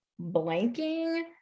blanking